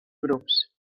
grups